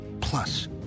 Plus